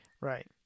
Right